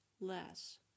less